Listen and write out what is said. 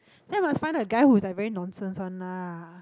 then you must find a guy who's like very nonsense one lah